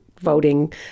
voting